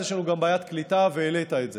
אז יש לנו גם בעיית קליטה, והעלית את זה,